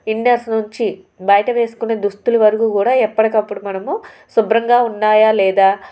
inners నుంచి బయట వేసుకునే దుస్తులు వరకు కూడా ఎప్పటికప్పుడు మనము శుభ్రంగా ఉన్నాయా లేదా